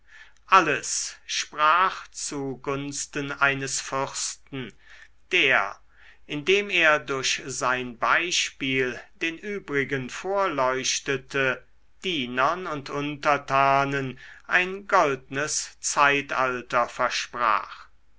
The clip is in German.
alles sprach zu gunsten eines fürsten der indem er durch sein beispiel den übrigen vorleuchtete dienern und untertanen ein goldnes zeitalter versprach